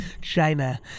China